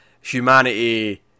humanity